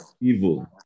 evil